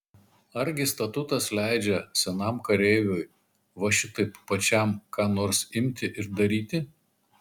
argi statutas leidžia senam kareiviui va šitaip pačiam ką nors imti ir daryti